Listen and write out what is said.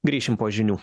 grįšim po žinių